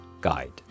guide